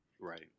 Right